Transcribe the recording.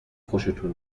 خوشتون